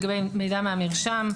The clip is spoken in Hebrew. לגבי מידע מהמרשם,